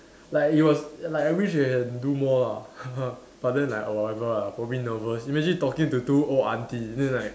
like it was like I wish we can do more ah but then like oh whatever ah probably nervous imagine talking to two old aunty then it's like